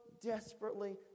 desperately